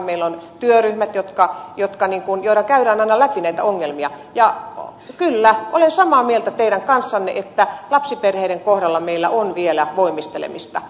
meillä on työryhmät joissa käydään aina läpi näitä ongelmia ja kyllä olen samaa mieltä teidän kanssanne että lapsiperheiden kohdalla meillä on vielä voimistelemista